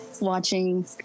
Watching